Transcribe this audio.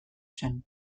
zen